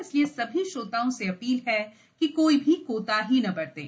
इसलिए सभी श्रोताओं से अपील है कि कोई भी कोताही न बरतें